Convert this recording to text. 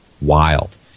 wild